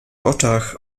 oczach